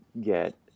get –